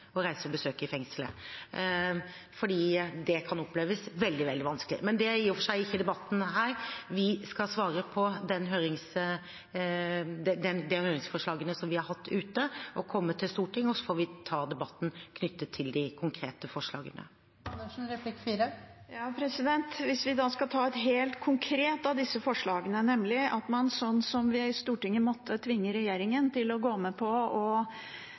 reise og besøke i fengslet fordi det kan oppleves veldig, veldig vanskelig. Men det er i og for seg ikke debatten her. Vi skal svare på de høringsforslagene som vi har hatt ute, og komme til Stortinget. Så får vi ta debatten knyttet til de konkrete forslagene. Hvis vi skal ta ett av disse forslagene helt konkret, som at Stortinget måtte tvinge regjeringen til å gå med på